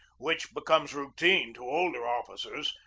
which becomes routine to older officers,